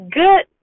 good